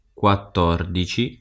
quattordici